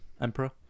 Emperor